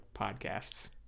podcasts